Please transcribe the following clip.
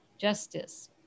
justice